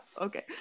okay